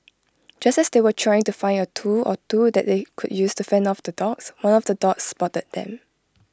just as they were trying to find A tool or two that they could use to fend off the dogs one of the dogs spotted them